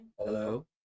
hello